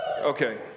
Okay